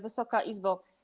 Wysoka Izbo!